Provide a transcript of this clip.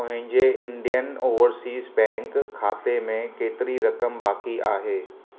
मुंहिंजे Indian Overseas Bank खाते में केतिरी रक़म बाक़ी आहे